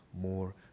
more